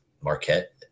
Marquette